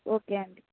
okay అండి